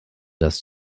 das